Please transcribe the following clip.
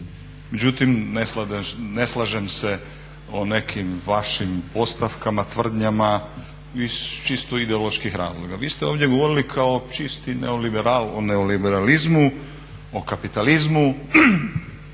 međutim ne slažem se o nekim vašim postavkama tvrdnjama iz čisto ideoloških razloga. Vi ste ovdje govorili kao čisti neoliberal o neoliberalizmu, o kapitalizmu,